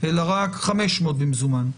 אלא רק 500 במזומן.